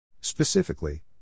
Specifically